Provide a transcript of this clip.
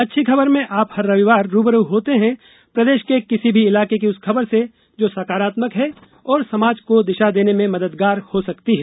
अच्छी खबर में आप हर रविवार रू ब रू होते हैं प्रदेश के किसी भी इलाके की उस खबर से जो सकारात्मक है और समाज को दिशा देने में मददगार हो सकती है